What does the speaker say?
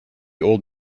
old